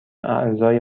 اعضای